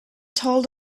told